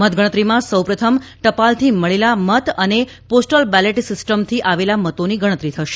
મતગણતરીમાં સૌપ્રથમ ટપાલથી મળેલા મત અને પોસ્ટલ બેલેટ સિસ્ટમથી આવેલ મતોની ગણતરી થશે